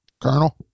Colonel